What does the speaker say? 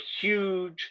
huge